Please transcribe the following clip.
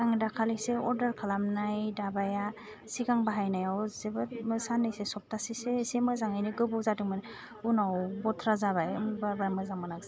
आं दाखालिसो अरदार खालामनाय दाबाया सिगां बाहायनायाव जोबोत साननैसो सब्थासेसो एसे मोजाङैनो गोबौ जादोंमोन उनाव बौथ्रा जाबाय बारा मोजां मोनाखिसै